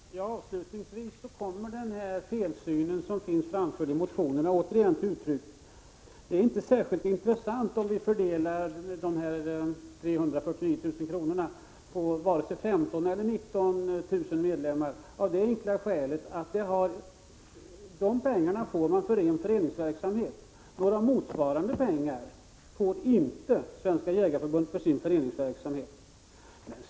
Herr talman! Avslutningsvis kom den felsyn som finns framförd i motionerna återigen till uttryck. Det är inte särskilt intressant att fördela de 349 000 kr. på vare sig 15 000 eller 19 000 medlemmar, av det enkla skälet att förbundet får dessa pengar för ren föreningsverksamhet. Några motsvarande medel får inte Svenska jägareförbundet för sin föreningsverksamhet.